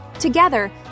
Together